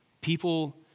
people